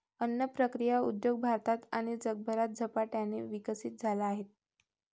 अन्न प्रक्रिया उद्योग भारतात आणि जगभरात झपाट्याने विकसित झाला आहे